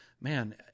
Man